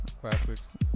classics